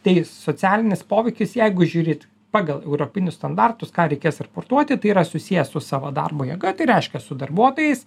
tai socialinis poveikis jeigu žiūrėt pagal europinius standartus ką reikės raportuoti tai yra susijęs su savo darbo jėga tai reiškia su darbuotojais